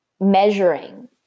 measuring